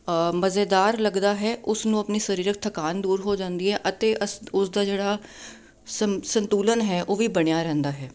ਮਜ਼ੇਦਾਰ ਲੱਗਦਾ ਹੈ ਉਸਨੂੰ ਆਪਣੀ ਸਰੀਰਕ ਥਕਾਨ ਦੂਰ ਹੋ ਜਾਂਦੀ ਹੈ ਅਤੇ ਅਸ ਉਸਦਾ ਜਿਹੜਾ ਸੰ ਸੰਤੁਲਨ ਹੈ ਉਹ ਵੀ ਬਣਿਆ ਰਹਿੰਦਾ ਹੈ